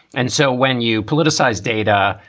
and so when you politicize data,